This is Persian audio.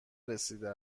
رسیده